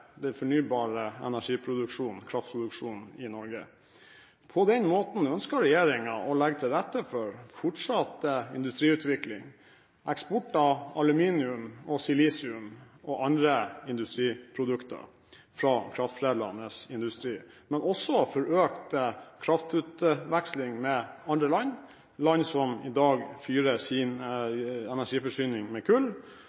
fornybare energiproduksjonen, kraftproduksjonen, i Norge. På den måten ønsker regjeringen å legge til rette for fortsatt industriutvikling, eksport av aluminium og silisium og andre industriprodukter fra kraftforedlende industri, men også for økt kraftutveksling med andre land, land som i dag får sin